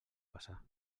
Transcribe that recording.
passar